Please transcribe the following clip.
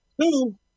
Two